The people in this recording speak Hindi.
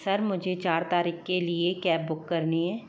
सर मुझे चार तारीख के लिए कैब बुक करनी है